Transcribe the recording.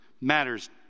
matters